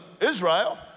Israel